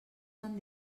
tan